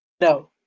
No